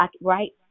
right